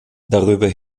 darüber